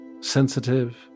sensitive